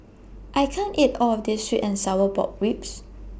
I can't eat All of This Sweet and Sour Pork Ribs